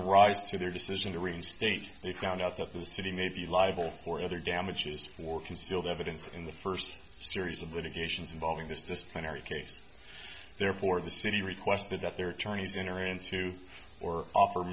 rise to their decision to reinstate they found out that the city made the libel for other damages for concealed evidence in the first series of litigations involving this disciplinary case therefore the city requested that their tourney's enter into or offer